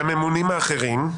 והממונים האחרים?